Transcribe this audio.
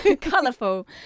colourful